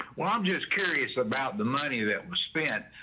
well, i'm just curious about the money that was spent,